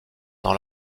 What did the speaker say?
dans